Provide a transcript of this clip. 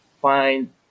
find